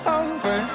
over